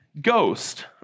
Ghost